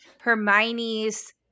Hermione's